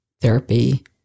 therapy